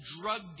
drug